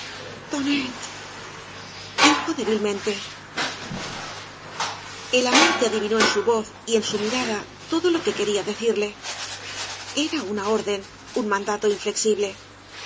ojos tonet tonet dijo débilmente amante adivinó en su voz y en su mirada todo lo que quería decirle era una orden un mandato inflexible